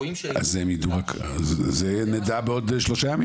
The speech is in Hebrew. את זה נדע בעוד שלושה ימים.